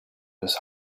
his